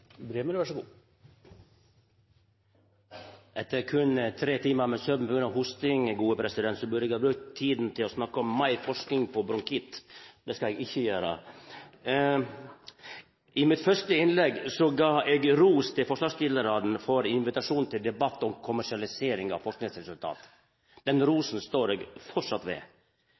å snakka om meir forsking på bronkitt. Det skal eg ikkje gjera. I mitt første innlegg gav eg ros til forslagsstillarane for invitasjonen til debatt om kommersialisering av forskingsresultat. Den rosen står eg framleis ved.